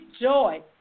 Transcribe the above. joy